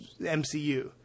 MCU